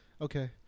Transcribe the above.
Okay